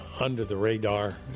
under-the-radar